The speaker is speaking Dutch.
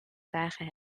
dagen